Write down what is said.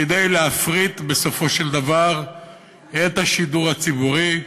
כדי להפריט בסופו של דבר את השידור הציבורי,